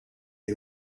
est